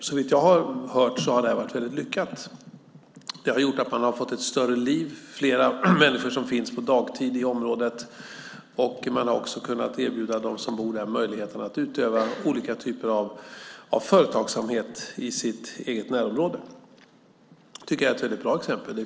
Såvitt jag har hört har det varit väldigt lyckat. Det har gjort att man har fått ett större liv, att flera människor finns på dagtid i området. Man har också kunnat erbjuda dem som bor där möjligheten att utöva olika typer av företagsamhet i sitt eget närområde. Det tycker jag är ett väldigt bra exempel.